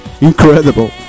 Incredible